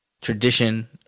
tradition